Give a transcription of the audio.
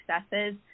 successes